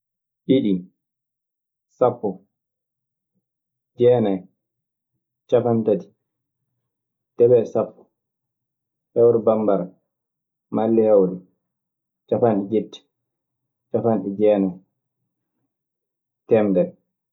Ɗiɗi, sappo, jeenay, capanɗe tati, debe e sappo, hewre bambara, malli hewre, capanɗe jetti, capanɗe jeenay, teemedere.